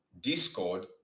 Discord